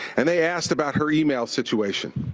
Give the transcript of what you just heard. and, they asked about her email situation.